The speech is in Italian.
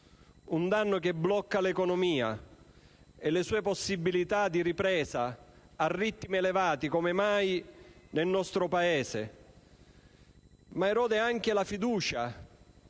Un danno che blocca l'economia e le sue possibilità di ripresa a ritmi elevati, come mai nel nostro Paese, ma erode anche la fiducia